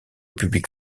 public